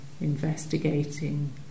investigating